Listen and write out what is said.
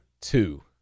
two